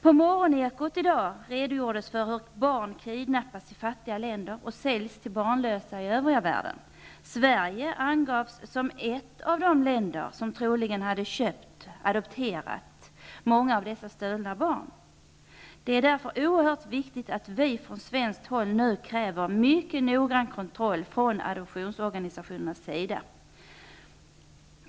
På morgon-Ekot i dag redogjordes för hur barn kidnappas i fattiga länder och säljs till barnlösa i övriga världen. Sverige angavs som ett av de länder som troligen har köpt, adopterat, många av dessa stulna barn. Det är oerhört viktigt att vi från svenskt håll nu kräver en mycket noggrann kontroll från adoptionsorganisationernas sida.